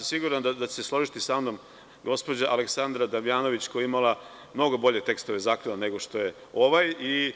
Siguran sam da ćete se složiti samnom gospođa Aleksandra Damjanović, koja je imala mnogo bolje tekstove zakona nego što je ovaj, i